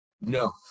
No